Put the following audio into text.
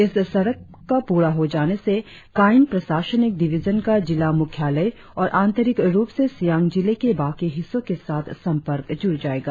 इस सड़क का पूरा हो जाने से कायिंग प्रशासनिक डिविजन का जिला मुख्यालय और आंतरिक रुप से सियांग जिलें के बाकी हिस्सों के साथ संपर्क जुड़ जाएगा